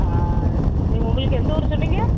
நீங்கள் உங்களுக்கு எந்த ஊர் சொன்னீங்க